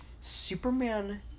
Superman